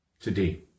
today